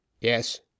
Yes